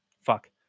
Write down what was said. Fuck